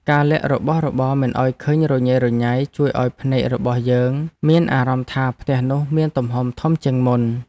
ការលាក់របស់របរមិនឱ្យមើលឃើញរញ៉េរញ៉ៃជួយឱ្យភ្នែករបស់យើងមានអារម្មណ៍ថាផ្ទះនោះមានទំហំធំជាងមុន។